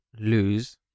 lose